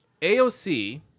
AOC